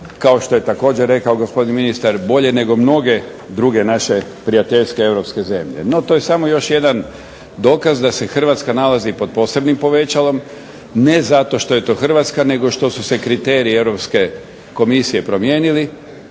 kao što je također rekao gospodin ministar bolje nego mnoge druge naše prijateljske europske zemlje. No, to je samo još jedan dokaz da se Hrvatska nalazi pod posebnim povećalom, ne zato što je to Hrvatska, nego što su se kriteriji Europske komisije promijenili